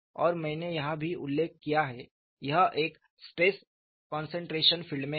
और मैंने यह भी उल्लेख किया है यह एक स्ट्रेस कंसंट्रेशन फील्ड में है